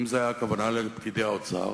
אם הכוונה היתה לפקידי האוצר